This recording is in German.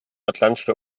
atlantische